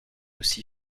aussi